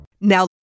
Now